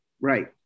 Right